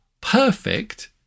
perfect